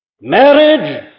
Marriage